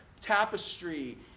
tapestry